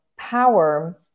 power